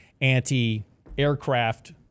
anti-aircraft